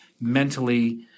mentally